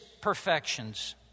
perfections